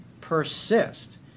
persist